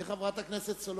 איך חברת הכנסת סולודקין,